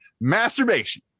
masturbation